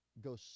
Go